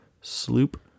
Sloop